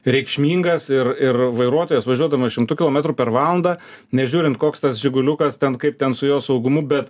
reikšmingas ir ir vairuotojas važiuodamas šimtu kilometrų per valandą nežiūrint koks tas žiguliukas ten kaip ten su jo saugumu bet